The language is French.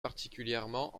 particulièrement